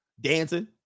Dancing